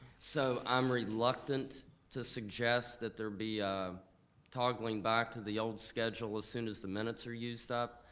so i'm reluctant to suggest that there be a toggling back to the old schedule as soon as the minutes are used up,